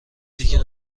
دیگه